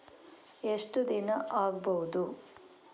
ಎಷ್ಟು ದಿನ ಆಗ್ಬಹುದು?